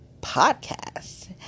Podcast